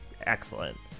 excellent